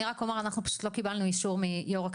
אנחנו פשוט לא קיבלנו אישור מיושב ראש